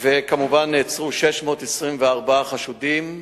וכמובן נעצרו 624 חשודים.